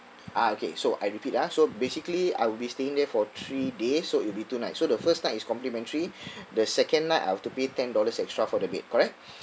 ah okay so I repeat ah so basically I will be staying there for three days so it will be two night so the first night is complimentary the second night I'll have to pay ten dollars extra for the bed correct